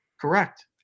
Correct